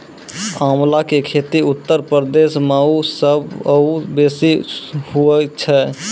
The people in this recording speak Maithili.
आंवला के खेती उत्तर प्रदेश मअ सबसअ बेसी हुअए छै